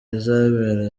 rizabera